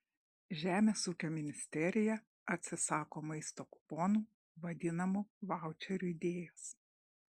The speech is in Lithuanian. žemės ūkio ministerija atsisako maisto kuponų vadinamų vaučerių idėjos